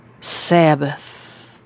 Sabbath